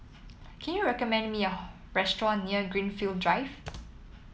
can you recommend me a restaurant near Greenfield Drive